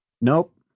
Nope